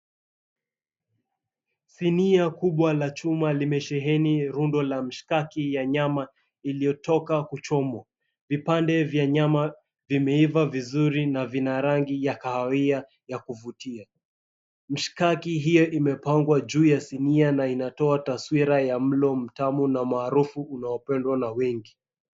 Sinia kubwa la chuma, limesheheni rundo la mshkaki ya nyama iliyotoka kuchomwa. Vipande vya nyama vimeiva vizuri na vina rangi ya kahawia ya kuvutia. Mshkaki hiyo imepangwa juu ya sinia na inatoa taswira ya mlo mtamu na maarufu, unaopendwa na wengi.